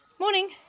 Morning